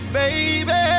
baby